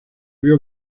vio